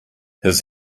his